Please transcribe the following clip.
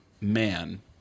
man